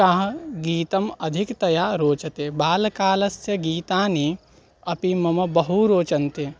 कः गीतम् अधिकतया रोचते बालकालस्य गीतानि अपि मम बहु रोचन्ते